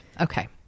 Okay